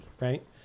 right